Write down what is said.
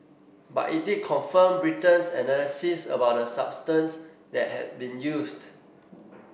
but it did confirm Britain's analysis about the substance that had been used